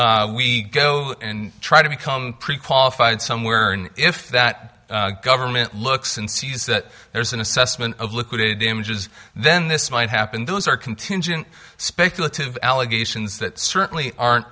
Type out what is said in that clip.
if we go and try to become pre qualified somewhere if that government looks and sees that there's an assessment of liquidated damages then this might happen those are contingent speculative allegations that certainly aren't